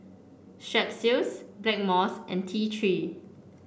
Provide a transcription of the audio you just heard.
Strepsils Blackmores and T Three